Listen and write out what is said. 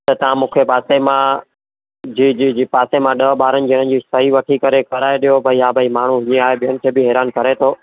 त तव्हां मूंखे पासे मां जी जी जी पासे मां ॾह ॿारनि ॼणनि जी सही वठी करे कराए ॾियो भई हा भई माण्हू हीअं आहे ॿियनि खे बि हैरान करे थो